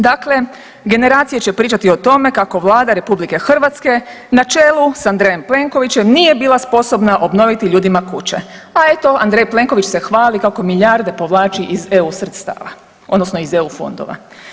Dakle, generacije će pričati o tome kako Vlada RH na čelu sa Andrejem Plenkovićem nije bila sposobna obnoviti ljudima kuće, a eto Andrej Plenković se hvali kako milijarde povlači iz eu sredstva odnosno iz eu fondova.